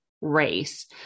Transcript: race